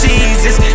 Jesus